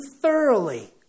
thoroughly